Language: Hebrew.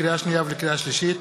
לקריאה שנייה ולקריאה שלישית: